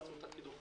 עשו את הקידוחים,